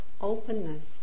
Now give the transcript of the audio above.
openness